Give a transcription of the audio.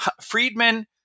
Friedman